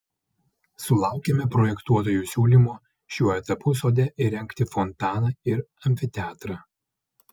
sulaukėme projektuotojų siūlymo šiuo etapu sode įrengti fontaną ir amfiteatrą